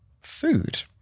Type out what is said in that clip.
Food